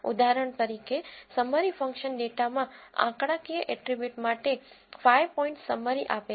ઉદાહરણ તરીકે summary function ડેટામાં આંકડાકીય એટ્રીબ્યુટ માટે 5 પોઇન્ટ સમ્મરીસારાંશ આપે છે